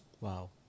Wow